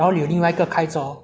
还有另一个开走